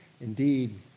indeed